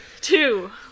Two